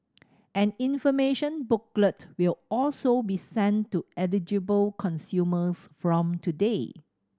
an information booklet will also be sent to eligible consumers from today